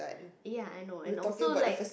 ya I know and also like